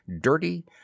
dirty